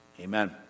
Amen